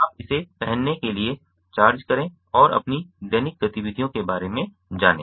आप इसे पहनने के लिए चार्ज करें और अपनी दैनिक गतिविधियों के बारे में जाने